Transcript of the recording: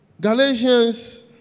Galatians